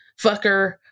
fucker